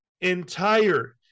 entire